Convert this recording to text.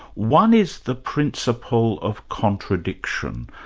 one is the principle of contradiction.